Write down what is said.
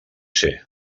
ser